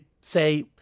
say